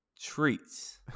treats